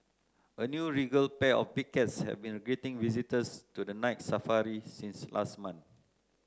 a new regal pair of big cats has been greeting visitors to the Night Safari since last month